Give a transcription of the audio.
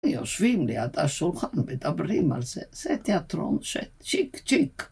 יושבים ליד השולחן ומדברים על זה, זה תיאטרון שצ'יק צ'יק.